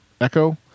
Echo